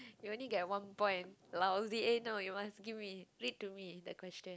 you only get one point lousy eh no you must give me read to me the question